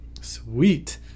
Sweet